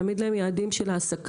להעמיד להם יעדים של העסקה,